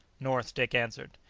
north, dick answered.